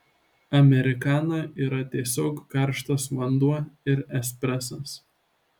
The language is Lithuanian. amerikana yra tiesiog karštas vanduo ir espresas